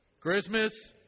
Christmas